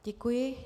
Děkuji.